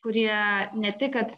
kurie ne tik kad